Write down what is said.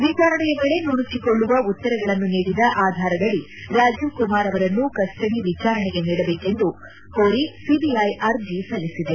ವಿಚಾರಣೆಯ ವೇಳೆ ನುಣುಚಿಕೊಳ್ಳುವ ಉತ್ತರಗಳನ್ನು ನೀಡಿದ ಆಧಾರದಡಿ ರಾಜೀವ್ ಕುಮಾರ್ ಅವರನ್ನು ಕಸ್ಸಡಿ ವಿಚಾರಣೆಗೆ ನೀಡಬೇಕು ಎಂದು ಕೋರಿ ಸಿಬಿಐ ಅರ್ಜೆ ಸಲ್ಲಿಸಿದೆ